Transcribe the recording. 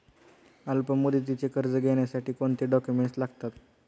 अल्पमुदतीचे कर्ज घेण्यासाठी कोणते डॉक्युमेंट्स लागतात?